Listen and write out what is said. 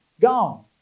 gone